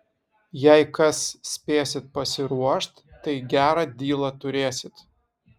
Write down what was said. jei kas spėsit pasiruošt tai gerą dylą turėsit